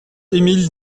émile